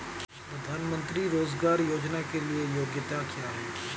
प्रधानमंत्री रोज़गार योजना के लिए योग्यता क्या है?